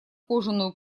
кожаную